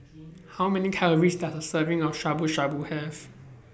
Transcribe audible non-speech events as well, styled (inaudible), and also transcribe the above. (noise) How Many Calories Does A Serving of Shabu Shabu Have